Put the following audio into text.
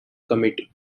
committee